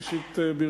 ראשית,